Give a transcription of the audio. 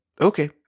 Okay